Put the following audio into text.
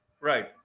Right